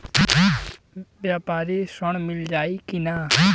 व्यापारी ऋण मिल जाई कि ना?